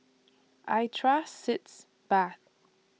I Trust Sitz Bath